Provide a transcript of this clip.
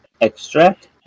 extract